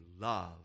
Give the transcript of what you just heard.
love